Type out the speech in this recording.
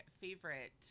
favorite